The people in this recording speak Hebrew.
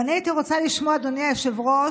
ואני הייתי רוצה לשמוע, אדוני היושב-ראש,